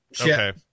okay